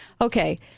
Okay